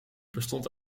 bestond